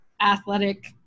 athletic